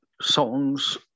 songs